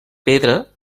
pedra